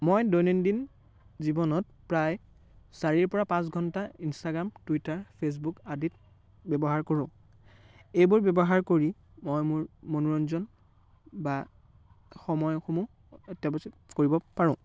মই দৈনন্দিন জীৱনত প্ৰায় চাৰিৰ পৰা পাঁচ ঘণ্টা ইনষ্টাগ্ৰাম টুইটাৰ ফেচবুক আদিত ব্যৱহাৰ কৰোঁ এইবোৰ ব্যৱহাৰ কৰি মই মোৰ মনোৰঞ্জন বা সময়সমূহ কৰিব পাৰোঁ